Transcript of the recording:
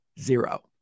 Zero